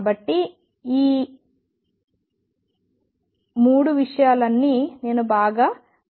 కాబట్టి ఈ 3 విషయాలన్నీ నేను బాగా ప్రవర్తించినవే